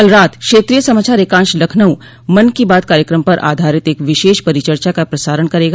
कल रात क्षेत्रीय समाचार एकांश लखनऊ मन की बात कार्यक्रम पर आधारित एक विशेष परिचर्चा का प्रसारण करेगा